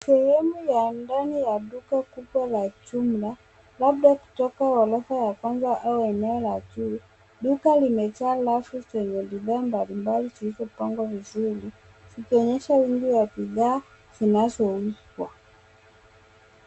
Sehemu ya ndani ya duka kubwa la jumla, labda kutoka eneo la kwanza au eneo la juu. Duka limejaa rafu zenye bidhaa mbalimbali zilizopangwa vizuri zikionyesha wengi wa bidhaa zinazouzwa.